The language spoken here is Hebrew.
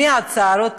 מי עצר אותו?